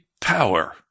power